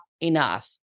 enough